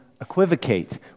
equivocate